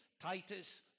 Titus